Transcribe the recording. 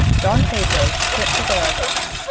don pedro, prince of arragon.